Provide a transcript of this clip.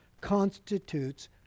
constitutes